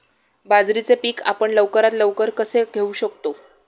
बाजरीचे पीक आपण लवकरात लवकर कसे घेऊ शकतो?